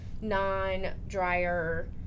non-dryer